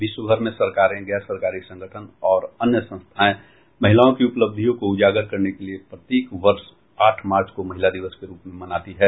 विश्वभर में सरकारें गैर सरकारी संगठन और अन्य संस्थाएं महिलाओं की उपलब्धियों को उजागर करने के लिए प्रत्येक वर्ष आठ मार्च को महिला दिवस के रूप में मनाती हैं